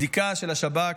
בדיקה של השב"כ,